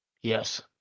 Yes